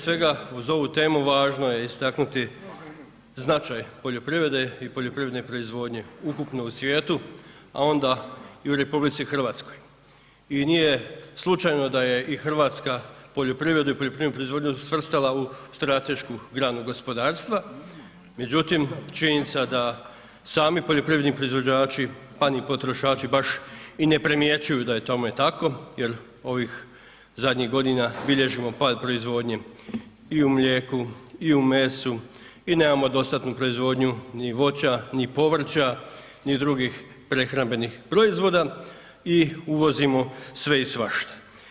Prije svega uz ovu temu važno je istaknuti značaj poljoprivrede i poljoprivredne proizvodnje ukupno u svijetu, a onda i u Republici Hrvatskoj, i nije slučajno da je i Hrvatska poljoprivredu i poljoprivrednu proizvodnju svrstala u stratešku granu gospodarstva, međutim činjenica da sami poljoprivredni proizvođači, pa ni potrošači baš i ne primjećuju da je tome tako, jer ovih zadnjih godina bilježimo pad proizvodnje, i u mlijeku, i u mesu, i nemamo dostatnu proizvodnju ni voća, ni povrća, ni drugih prehrambenih proizvoda, i uvozimo sve i svašta.